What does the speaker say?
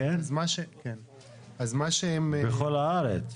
בכל הארץ,